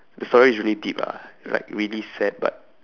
the story is really deep ah like really sad but